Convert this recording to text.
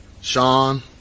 Sean